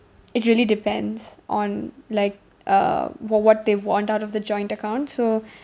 it really depends on like uh what what they want out of the joint account so